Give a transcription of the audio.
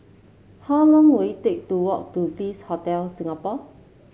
how long will it take to walk to Bliss Hotel Singapore